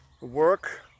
work